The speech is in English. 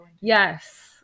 Yes